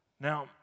Now